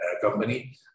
company